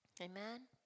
Amen